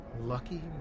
Lucky